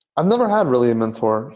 i've never had really a mentor